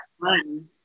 fun